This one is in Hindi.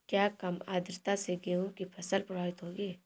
क्या कम आर्द्रता से गेहूँ की फसल प्रभावित होगी?